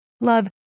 Love